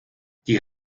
die